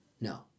No